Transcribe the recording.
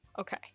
Okay